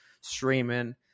streaming